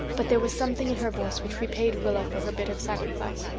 but there was something in her voice which repaid rilla for her bit of sacrifice.